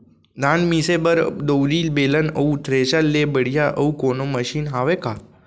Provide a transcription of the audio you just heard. धान मिसे बर दउरी, बेलन अऊ थ्रेसर ले बढ़िया अऊ कोनो मशीन हावे का?